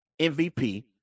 MVP